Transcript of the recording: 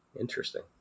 Interesting